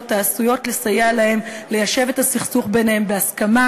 העשויות לסייע להם ליישב את הסכסוך ביניהם בהסכמה,